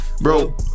Bro